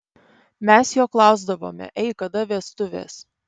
mes jo klausdavome ei kada vestuvės